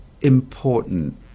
important